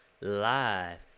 Live